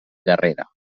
guerrera